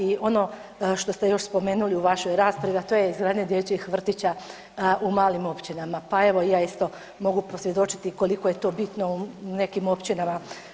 I ono što ste još spomenuli u vašoj raspravi, a to je izgradnja dječjih vrtića u malim općinama, pa evo i ja isto mogu posvjedočiti koliko je to bitno u nekim općinama.